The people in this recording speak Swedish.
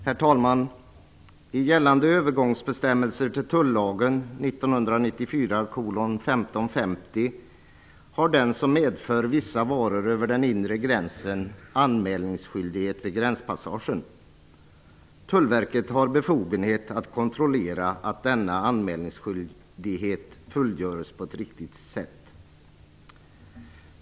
Herr talman! I gällande övergångsbestämmelser till tullagen, 1994:1550, har den som medför vissa varor över den inre gränsen anmälningsskyldighet vid gränspassagen. Tullverket har befogenhet att kontrollera att denna anmälningsskyldighet fullgörs på ett riktigt sätt.